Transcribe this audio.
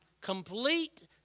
Complete